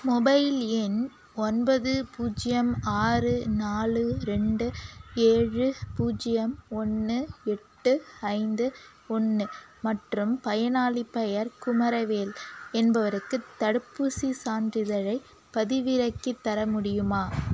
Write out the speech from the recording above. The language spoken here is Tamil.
மொபைல் எண் ஒன்பது பூஜ்யம் ஆறு நாலு ரெண்டு ஏழு பூஜ்யம் ஒன்று எட்டு ஐந்து ஒன்று மற்றும் பயனாளிப் பெயர் குமரவேல் என்பவருக்கு தடுப்பூசிச் சான்றிதழைப் பதிவிறக்கித் தர முடியுமா